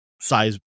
size